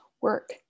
work